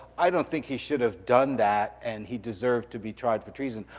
i don't think he should have done that, and he deserved to be tried for treason,